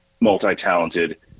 multi-talented